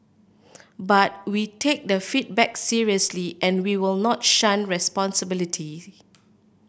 but we take the feedback seriously and we will not shun responsibility